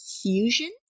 Fusion